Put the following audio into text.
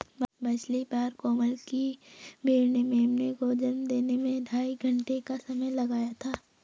पिछली बार कोमल की भेड़ ने मेमने को जन्म देने में ढाई घंटे का समय लगाया था